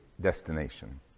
destination